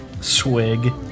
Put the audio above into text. Swig